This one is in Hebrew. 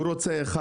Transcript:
הוא רוצה אחד,